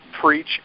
preach